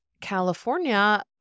California